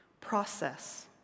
process